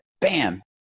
bam